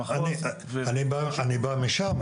המחוז --- אני בא משם,